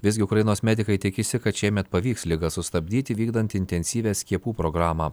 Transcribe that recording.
visgi ukrainos medikai tikisi kad šiemet pavyks ligą sustabdyti vykdant intensyvią skiepų programą